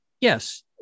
yes